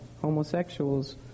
homosexuals